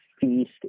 feast